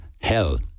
hell